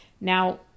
Now